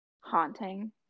haunting